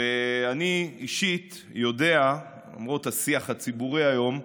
ואני אישית יודע, למרות השיח הציבורי היום,